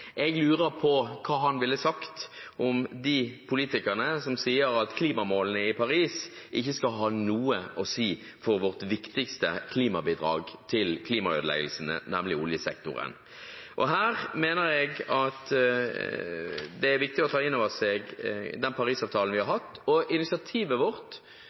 Jeg lurer på hva han ville sagt om de politikerne som sier at klimamålene i Paris ikke skal ha noe å si for vårt viktigste bidrag til klimaødeleggelsene, nemlig oljesektoren. Her mener jeg at det er viktig å ta inn over seg den Paris-avtalen vi har hatt. Initiativet vårt